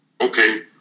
okay